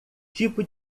tipo